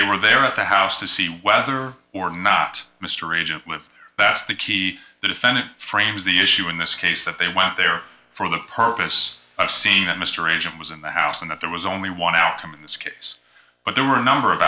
they were there at the house to see whether or not mr agent with that's the key the defendant frames the issue in this case that they went there for the purpose of seeing that mr engine was in the house and that there was only one outcome in this case but there were a number of